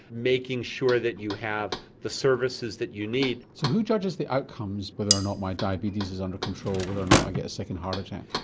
making sure that you have the services that you need. so who judges the outcomes whether or not my diabetes is under control, whether or not i get a second heart attack?